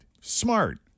smart